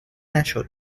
نشد